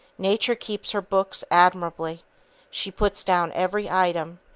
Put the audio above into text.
nature keeps her books admirably she puts down every item,